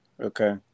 Okay